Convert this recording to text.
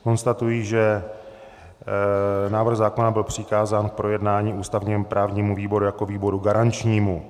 Konstatuji, že návrh zákona byl přikázán k projednání ústavněprávnímu výboru jako výboru garančnímu.